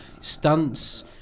stunts